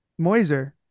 moiser